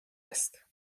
است